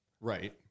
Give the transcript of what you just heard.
Right